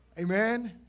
amen